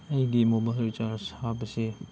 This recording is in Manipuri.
ꯑꯩꯒꯤ ꯃꯣꯕꯥꯏꯜ ꯔꯤꯆꯥꯔꯖ ꯍꯥꯞꯄꯁꯦ